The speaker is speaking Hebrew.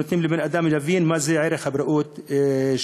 הם נותנים לבן-אדם להבין מה זה ערך הבריאות שלו.